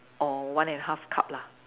or one and a half cup lah